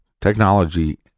technology